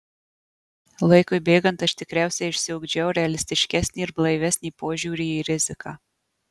laikui bėgant aš tikriausiai išsiugdžiau realistiškesnį ir blaivesnį požiūrį į riziką